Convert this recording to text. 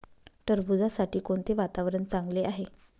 टरबूजासाठी कोणते वातावरण चांगले आहे?